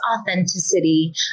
authenticity